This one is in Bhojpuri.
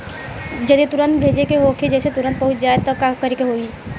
जदि तुरन्त भेजे के होखे जैसे तुरंत पहुँच जाए त का करे के होई?